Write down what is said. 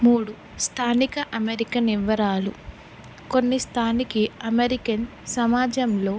మూడు స్థానిక అమెరికన్ వివరాలు కొన్ని స్థానిక అమెరికన్ సమాజంలో